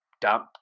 dump